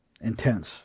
intense